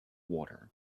water